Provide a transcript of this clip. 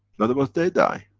otherwise they die.